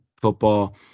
football